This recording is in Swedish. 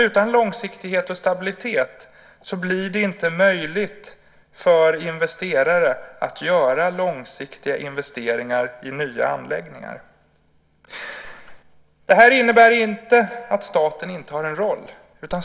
Utan långsiktighet och stabilitet blir det inte möjligt för investerare att göra långsiktiga investeringar i nya anläggningar. Det här innebär inte att staten inte har en roll.